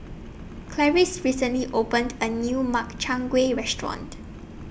Clarice recently opened A New Makchang Gui Restaurant